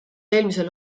eelmisel